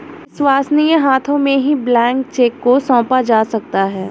विश्वसनीय हाथों में ही ब्लैंक चेक को सौंपा जा सकता है